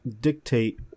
dictate